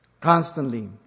constantly